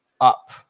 Up